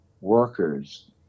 workers